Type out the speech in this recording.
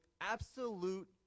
absolute